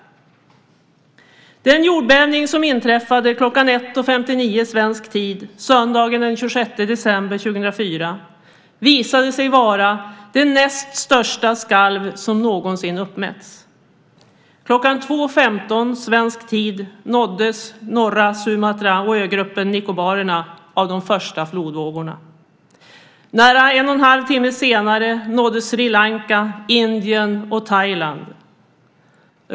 Den jordbävning som inträffade kl. 1.59 svensk tid söndagen den 26 december 2004 visade sig vara det näst största skalv som någonsin uppmätts. Kl. 2.15 svensk tid nåddes norra Sumatra och ögruppen Nikobarerna av de första flodvågorna. Nära en och en halv timme senare nåddes Sri Lanka, Indien och Thailand.